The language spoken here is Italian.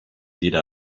dire